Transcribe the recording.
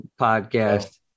podcast